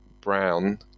brown